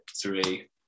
three